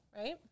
right